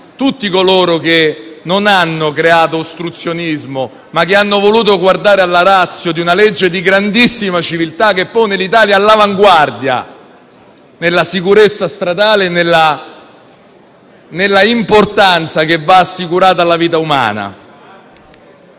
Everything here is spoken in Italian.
tutti coloro che non hanno creato ostruzionismo, ma che hanno voluto guardare alla *ratio* di una legge di grandissima civiltà, che pone l'Italia all'avanguardia nella sicurezza stradale e nell'importanza che va assicurata alla vita umana.